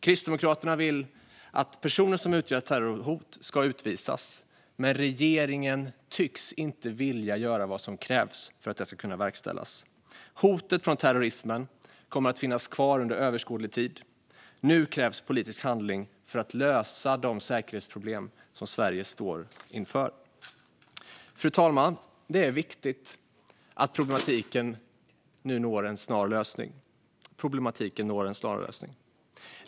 Kristdemokraterna vill att personer som utgör terrorhot ska utvisas. Men regeringen tycks inte vilja göra vad som krävs för att detta ska kunna verkställas. Hotet från terrorismen kommer att finnas kvar under överskådlig tid. Nu krävs politisk handling för att lösa de säkerhetsproblem som Sverige står inför. Fru talman! Det är viktigt att problematiken får en snar lösning.